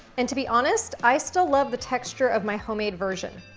and to be honest, i still love the texture of my homemade version.